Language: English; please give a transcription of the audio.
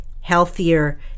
healthier